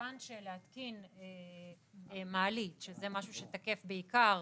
להתקין מעלית, שזה משהו שתקף בעיקר